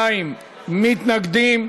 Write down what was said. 42 מתנגדים,